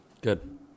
Good